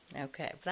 Okay